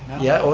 yeah, oh,